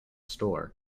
store